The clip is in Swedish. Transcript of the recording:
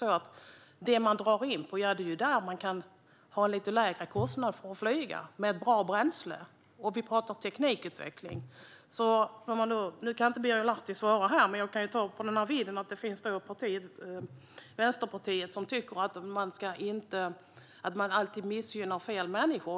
Jo, att man drar in där man har lite lägre kostnader för att flyga, med bra bränsle. Vi pratar teknikutveckling. Nu kan Birger Lahti inte svara, men Vänsterpartiet tycker att man alltid missgynnar fel människor.